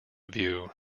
view